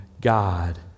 God